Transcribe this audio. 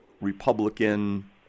Republican